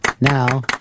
Now